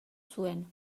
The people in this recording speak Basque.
zuen